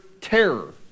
terror